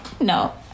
No